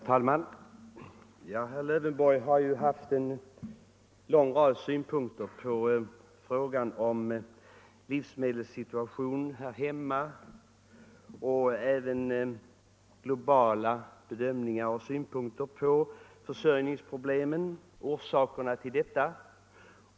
Herr talman! Herr Lövenborg har anfört en lång rad synpunkter på frågan om livsmedelssituationen här hemma, och han har även anfört globala synpunkter på försörjningsproblemen och orsaken till dessa.